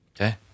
Okay